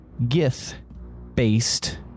Gith-based